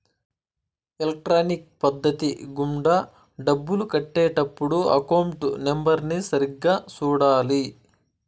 electronic పద్ధతి గుండా డబ్బులు కట్టే టప్పుడు అకౌంట్ నెంబర్ని సరిగ్గా సూడాలి